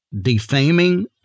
defaming